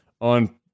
on